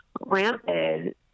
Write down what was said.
rampant